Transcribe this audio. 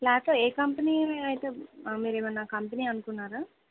plot ఏ company అయితే మీరు ఏమైనా కంపెనీ అనుకున్నారా